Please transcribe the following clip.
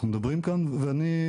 אנחנו מדברים כאן ואני,